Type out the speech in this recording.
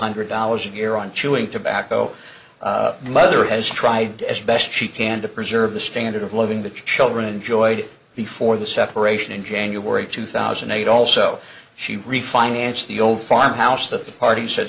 hundred dollars a year on chewing tobacco the mother has tried as best she can to preserve the standard of living the children enjoyed before the separation in january two thousand and eight also she refinanced the old farmhouse that the parties